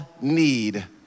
need